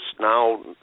now